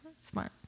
Smart